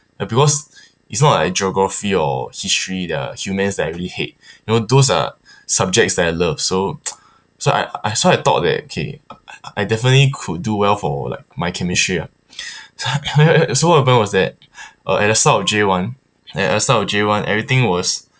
ya because it's not like geography or history the human that I really hate you know those are subjects that I love so so I I so I thought that okay I I definitely could do well for like my chemistry lah so so what happened was that uh at the start of J one at the start of J one everything was